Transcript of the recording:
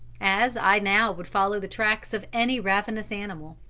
as i now would follow the tracks of any ravenous animal.